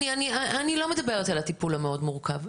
אני לא מדברת על הטיפול המאוד מורכב,